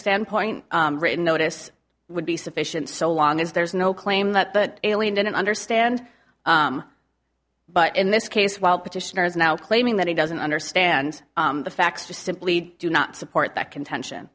standpoint written notice would be sufficient so long as there's no claim that but alien didn't understand but in this case while petitioner is now claiming that he doesn't understand the facts just simply do not support that contention